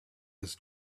his